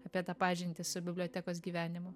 apie tą pažintį su bibliotekos gyvenimu